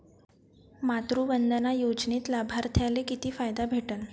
मातृवंदना योजनेत लाभार्थ्याले किती फायदा भेटन?